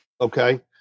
okay